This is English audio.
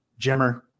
Jimmer